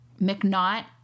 McNaught